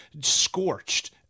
scorched